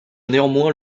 néanmoins